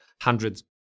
hundreds